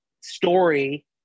story